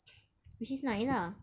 which is nice ah